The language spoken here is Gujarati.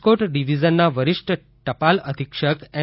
રાજકોટ ડિવિઝનના વરિષ્ઠ ટપાલ અધિક્ષક એમ